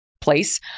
place